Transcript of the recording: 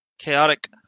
Chaotic